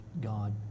God